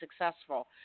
successful